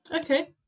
okay